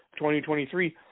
2023